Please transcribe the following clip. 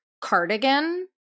cardigan